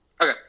okay